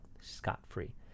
scot-free